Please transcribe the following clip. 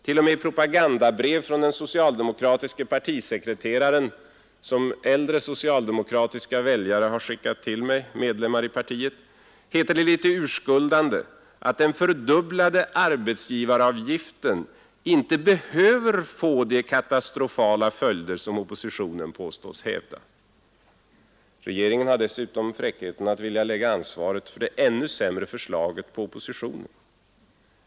T. o. m. i propagandabrev från den socialdemokratiske partisekreteraren, som äldre socialdemokratiska väljare — medlemmar i partiet — har skickat till mig, heter det lite urskuldande att den fördubblade arbetsgivaravgiften ”inte behöver få de katastrofala följder” som oppositionen påstås hävda. Regeringen har dessutom fräckheten att vilja lägga ansvaret för det ännu sämre förslaget på oppositionen.